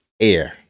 air